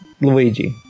Luigi